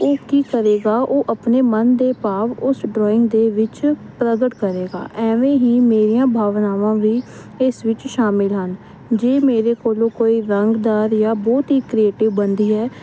ਉਹ ਕੀ ਕਰੇਗਾ ਉਹ ਆਪਣੇ ਮਨ ਦੇ ਭਾਵ ਉਸ ਡਰਾਇੰਗ ਦੇ ਵਿੱਚ ਪ੍ਰਗਟ ਕਰੇਗਾ ਐਵੇਂ ਹੀ ਮੇਰੀਆਂ ਭਾਵਨਾਵਾਂ ਵੀ ਇਸ ਵਿੱਚ ਸ਼ਾਮਿਲ ਹਨ ਜੇ ਮੇਰੇ ਕੋਲੋਂ ਕੋਈ ਰੰਗਦਾਰ ਜਾਂ ਬਹੁਤ ਹੀ ਕ੍ਰੀਏਟਿਵ ਬਣਦੀ ਹੈ